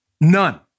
None